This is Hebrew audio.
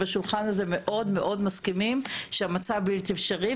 השולחן הזה מאוד-מאוד מסכימים שהמצב בלתי אפשרי,